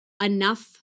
enough